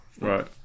Right